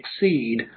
exceed